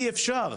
אי אפשר.